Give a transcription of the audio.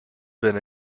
been